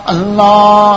Allah